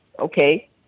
okay